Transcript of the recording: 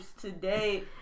today